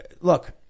look